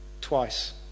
twice